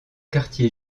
quartier